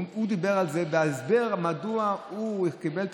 הוא דיבר על זה כהסבר מדוע הוא קיבל את